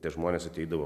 tie žmonės ateidavo